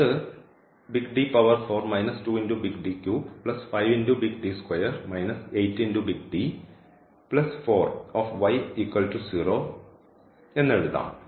അത് എന്നെഴുതാം